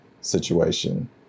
situation